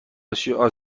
اسیا